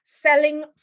Selling